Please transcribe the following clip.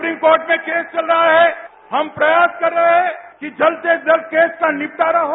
supreme court में case चल रहा है हम प्रयास कर रहे हैं कि जल्द से जल्द केस का निपटारा हो